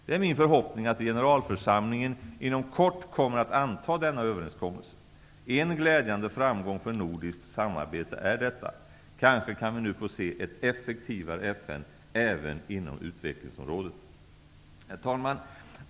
Det är min förhoppning att generalförsamlingen inom kort kommer att anta denna överenskommelse. En glädjande framgång för nordiskt samarbete är detta. Kanske kan vi nu få se ett effektivare FN även inom utvecklingsområdet. Herr talman!